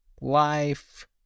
life